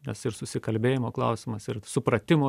nes ir susikalbėjimo klausimas ir supratimo